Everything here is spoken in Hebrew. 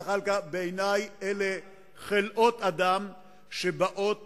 בעיני הם חלאות אדם שבאות